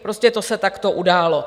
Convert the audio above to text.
Prostě to se takto událo.